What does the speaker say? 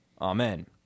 Amen